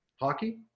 hockey